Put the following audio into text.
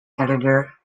editor